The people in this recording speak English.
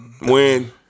Win